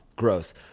gross